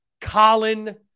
Colin